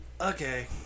Okay